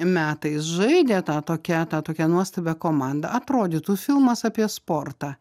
metais žaidė tą tokią tą tokią nuostabią komandą atrodytų filmas apie sportą